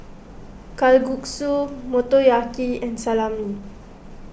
Kalguksu Motoyaki and Salami